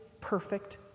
perfect